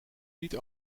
niet